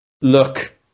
Look